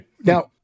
Now